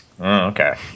Okay